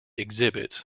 exhibits